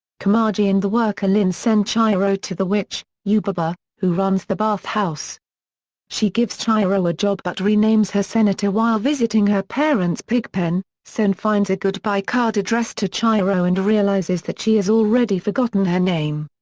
kamaji and the worker lin send chihiro to the witch, yubaba, who runs the bathhouse she gives chihiro a job but renames her sen. while visiting her parents' pigpen, sen finds a goodbye card addressed to chihiro and realizes that she has already forgotten her name.